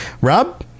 Rob